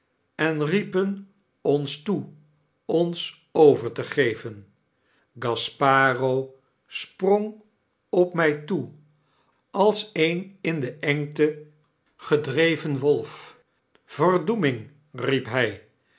en riepen ons toe ons over te geven gasparo sprong op my toe als een in de engte geclreven wolf verd ng riep hy